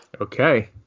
Okay